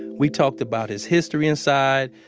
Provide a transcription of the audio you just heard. we talked about his history inside,